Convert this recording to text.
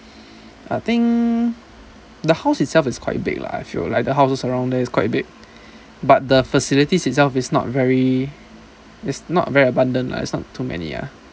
I think the house itself is quite big lah I feel like the houses around there is quite big but the facilities itself is not very it's not very abundant lah it's not too many ah